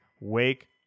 wake